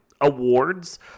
awards